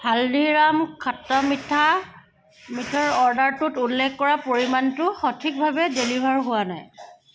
হালদিৰাম খট্টা মিঠা মিঠাৰ অৰ্ডাৰটোত উল্লেখ কৰা পৰিমাণটো সঠিকভাৱে ডেলিভাৰ হোৱা নাই